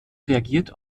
reagiert